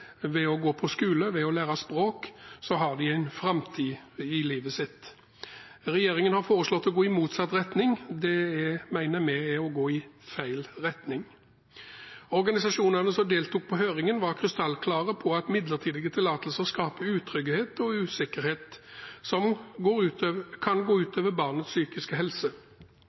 ved å gå på skole, ved å lære språk har de en framtid. Regjeringen har foreslått å gå i motsatt retning. Det mener vi er å gå i feil retning. Organisasjonene som deltok på høringen, var krystallklare på at midlertidige tillatelser skaper utrygghet og usikkerhet, som kan gå ut over barnets psykiske helse.